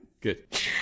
good